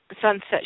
sunset